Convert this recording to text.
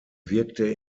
wirkte